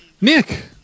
Nick